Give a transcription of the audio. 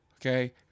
Okay